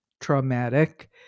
traumatic